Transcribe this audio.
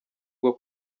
bwo